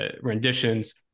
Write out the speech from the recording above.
renditions